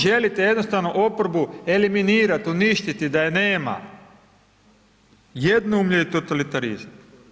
Vi želite jednostavno oporbu eliminirati, uništiti, da je nema, jednoumlje i totalitarizam.